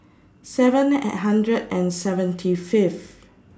seven and hundred and seventy Fifth